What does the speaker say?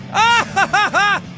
ah,